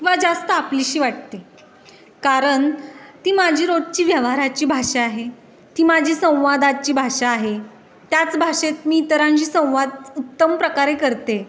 किंवा जास्त आपलीशी वाटते कारण ती माझी रोजची व्यवहाराची भाषा आहे ती माझी संवादाची भाषा आहे त्याच भाषेत मी इतरांशी संवाद उत्तम प्रकारे करते